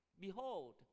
Behold